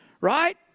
right